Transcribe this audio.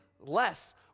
less